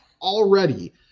already